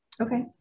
Okay